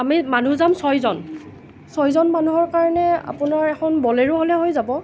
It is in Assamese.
আমি মানুহ যাম ছয়জন ছয়জন মানুহৰ কাৰণে আপোনাৰ এখন বলেৰ' হ'লে হৈ যাব